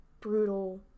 brutal